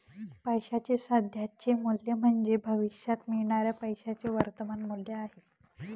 पैशाचे सध्याचे मूल्य म्हणजे भविष्यात मिळणाऱ्या पैशाचे वर्तमान मूल्य आहे